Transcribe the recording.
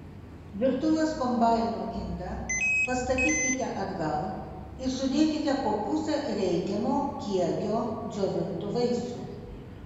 virtuvės kombaino indą pastatykite atgal ir sudėkite po pusę reikiamo kiekio džiovintų vaisių